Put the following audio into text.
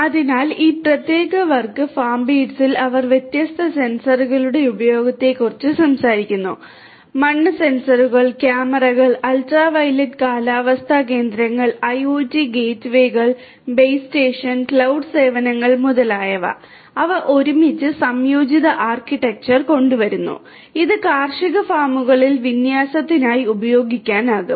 അതിനാൽ ഈ പ്രത്യേക വർക്ക് ഫാംബീറ്റ്സിൽ അവർ വ്യത്യസ്ത സെൻസറുകളുടെ ഉപയോഗത്തെക്കുറിച്ച് സംസാരിക്കുന്നു മണ്ണ് സെൻസറുകൾ കൊണ്ടുവരുന്നു ഇത് കാർഷിക ഫാമുകളിൽ വിന്യാസത്തിനായി ഉപയോഗിക്കാനാകും